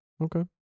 okay